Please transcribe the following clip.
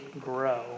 grow